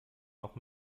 noch